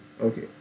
Okay